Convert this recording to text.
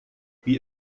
wie